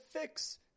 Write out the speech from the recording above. fix